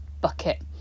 bucket